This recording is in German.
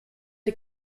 die